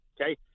Okay